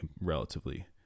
relatively